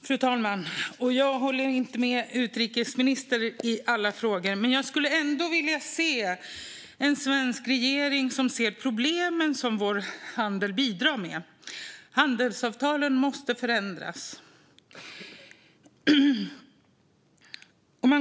Fru talman! Jag håller inte med utrikesministern i alla frågor, och jag vill att den svenska regeringen ser problemen som vår handel bidrar till. Handelsavtalen måste förändras.